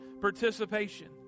participation